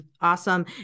Awesome